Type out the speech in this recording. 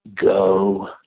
go